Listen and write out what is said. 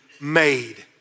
made